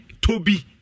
Toby